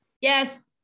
Yes